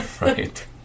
right